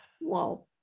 Whoa